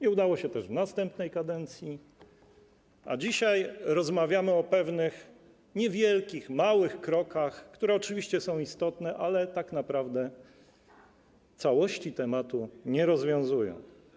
Nie udało się też w następnej kadencji, a dzisiaj rozmawiamy o pewnych niewielkich, małych krokach, które oczywiście są istotne, ale tak naprawdę całości problemu nie rozwiązują.